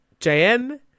JM